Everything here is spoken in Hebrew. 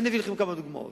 ואני אביא לכם כמה דוגמאות.